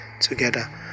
together